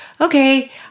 okay